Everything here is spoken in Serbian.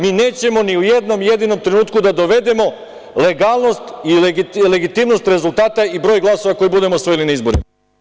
Mi nećemo ni u jednom jedinom trenutku da dovedemo legalnost i legitimnost rezultata i broj glasova koji budemo osvojili na izborima.